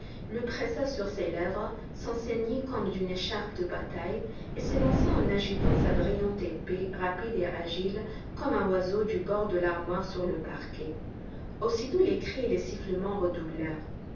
le pressa sur ses lèvres s'en ceignit comme d'une écharpe de bataille et s'élança en agitant sa brillante épée rapide et agile comme un oiseau du bord de l'armoire sur le parquet aussitôt les cris et les sifflements